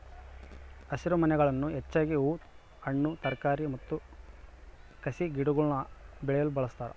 ಹಸಿರುಮನೆಗಳನ್ನು ಹೆಚ್ಚಾಗಿ ಹೂ ಹಣ್ಣು ತರಕಾರಿ ಮತ್ತು ಕಸಿಗಿಡಗುಳ್ನ ಬೆಳೆಯಲು ಬಳಸ್ತಾರ